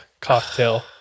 cocktail